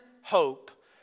hope